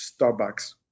Starbucks